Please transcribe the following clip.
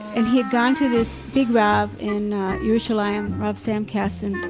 and he had gone to this big rav in yerushalayim, rav sam katzen,